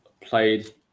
played